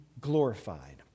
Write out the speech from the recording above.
glorified